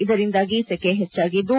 ಇದರಿಂದಾಗಿ ಸೆಕೆ ಹೆಚ್ಚಾಗಿದ್ದು